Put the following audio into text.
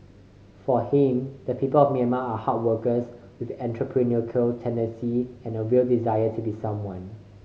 for him the people of Myanmar are hard workers with entrepreneurial tendency and a real desire to be someone